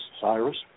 Cyrus